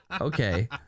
Okay